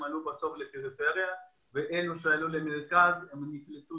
עלו לפריפריה ואלו שעלו למרכז נקלטו